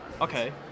Okay